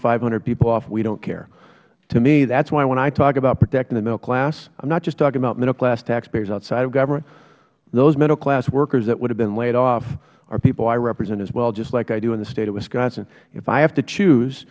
five hundred people off we dont care to me that is why when i talk about protecting the middle class i am not just talking about middle class taxpayers outside of government those middle class workers that would have been laid off are people i represent as well just like i do in the state of wisconsin if i have to choose